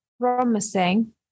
promising